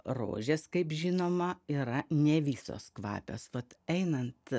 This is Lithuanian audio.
rožes kaip žinoma yra ne visos kvapios vat einant